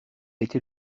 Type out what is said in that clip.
été